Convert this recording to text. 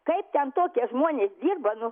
kaip ten tokie žmonės dirba nu